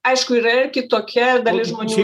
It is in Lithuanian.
aišku yra ir kitokia dalis žmonių